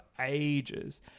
ages